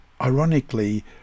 Ironically